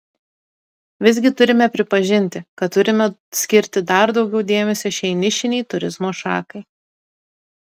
visgi turime pripažinti kad turime skirti dar daugiau dėmesio šiai nišinei turizmo šakai